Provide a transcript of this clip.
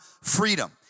freedom